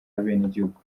abenegihugu